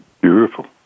Beautiful